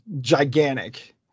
gigantic